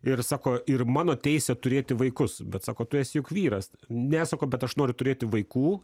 ir sako ir mano teisė turėti vaikus bet sako tu esi juk vyras ne sako bet aš noriu turėti vaikų